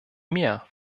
mehr